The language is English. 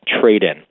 trade-in